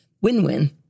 win-win